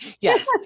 Yes